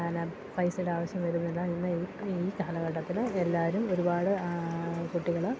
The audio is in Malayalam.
എന്നാ പൈസയുടെ ആവശ്യം വരുന്നില്ല ഇന്ന് ഈ ഈ കാലഘട്ടത്തില് എല്ലാവരും ഒരുപാട് കുട്ടികള്